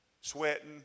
sweating